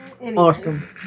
Awesome